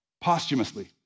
posthumously